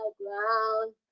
ground